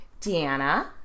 Deanna